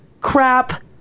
crap